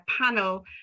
panel